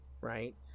Right